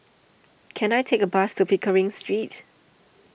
can I take a bus to Pickering Street